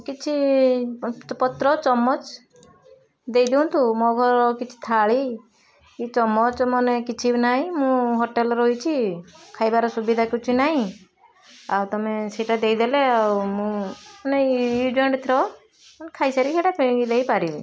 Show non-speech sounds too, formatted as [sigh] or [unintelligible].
କିଛି ପତ୍ର ଚମଚ ଦେଇଦିଅନ୍ତୁ [unintelligible] କିଛି ଥାଳି କି ଚମଚ ମାନେ କିଛି ନାହିଁ ମୁଁ ହୋଟେଲ୍ରେ ରହିଛି ଖାଇବାର ସୁବିଧା କିଛି ନାହିଁ ଆଉ ତମେ ସେଇଟା ଦେଇ ଦେଲେ ଆଉ ମୁଁ ନେଇ ୟୁଜ୍ ଆଣ୍ଡ୍ ଥ୍ରୋ ଖାଇସାରିକି ହେଟା ଫିଙ୍ଗି ଦେଇପାରିବି